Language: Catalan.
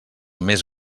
més